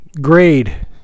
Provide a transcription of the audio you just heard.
grade